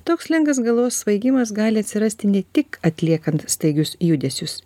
toks lengvas galvos svaigimas gali atsirasti ne tik atliekant staigius judesius